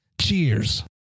Cheers